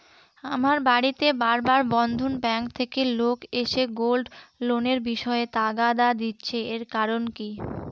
আমার বাড়িতে বার বার বন্ধন ব্যাংক থেকে লোক এসে গোল্ড লোনের বিষয়ে তাগাদা দিচ্ছে এর কারণ কি?